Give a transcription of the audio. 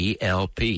ELP